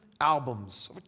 albums